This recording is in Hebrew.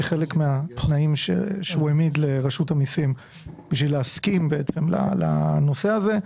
כחלק מהתנאים שהוא העמיד לרשות המיסים בשביל להסכים לנושא הזה,